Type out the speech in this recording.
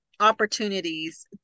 opportunities